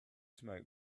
smoke